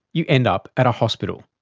you end up at a hospital.